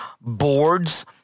boards